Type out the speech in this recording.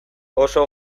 oso